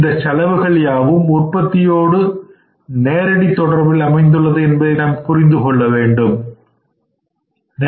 இந்தச் செலவுகள்யாவும் உற்பத்தியோடு நேரடி தொடர்பில் அமைந்துள்ளது என்பதை புரிந்து கொள்வோம்